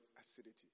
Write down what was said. acidity